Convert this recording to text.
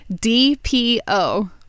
D-P-O